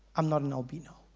i'm not an albino.